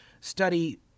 study